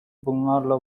bunlarla